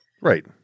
Right